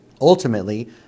Ultimately